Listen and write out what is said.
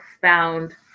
found –